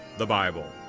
the bible.